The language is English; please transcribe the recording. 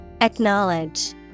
Acknowledge